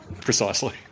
precisely